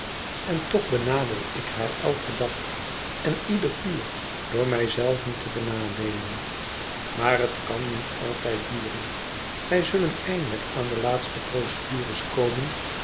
en toch benadeel ik haar eiken dag en ieder uur door mij zelven te benadeelen maar het kan niet altijd duren wij zullen eindelijk aan de laatste procedures komen